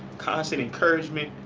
constant encouragement,